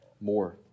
more